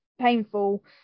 painful